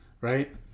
right